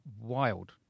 wild